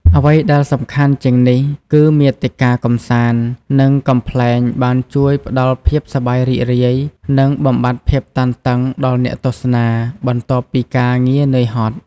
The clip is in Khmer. អ្វីដែលសំខាន់ជាងនេះគឺ មាតិកាកម្សាន្ត និងកំប្លែងបានជួយផ្តល់ភាពសប្បាយរីករាយ និងបំបាត់ភាពតានតឹងដល់អ្នកទស្សនា បន្ទាប់ពីការងារនឿយហត់។